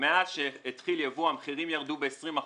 שמאז שהתחיל יבוא המחירים ירדו ב-20%.